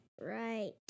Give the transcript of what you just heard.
Right